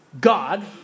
God